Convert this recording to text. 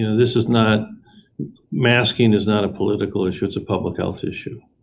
you know this is not masking is not a political issue. it's a public health issue.